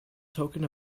token